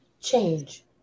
Change